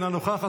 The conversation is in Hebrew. אינה נוכחת,